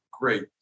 great